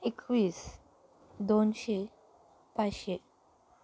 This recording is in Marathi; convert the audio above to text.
एकवीस दोनशे पाचशे